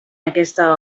aquesta